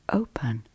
open